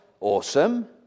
awesome